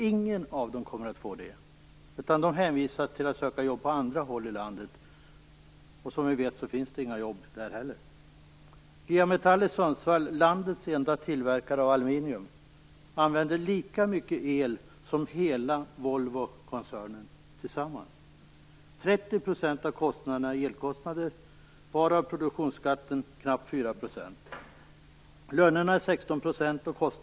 Ingen av dem kommer att få det, utan de är hänvisade till att söka jobb på andra håll i landet, och som vi vet finns inga jobb någon annanstans heller. G A Metall i Sundsvall, landets enda tillverkare av aluminium, använder lika mycket el som hela Volvokoncernen tillsammans. 30 % av kostnaderna är elkostnader, varav produktionsskatten är på knappt 22,5 %.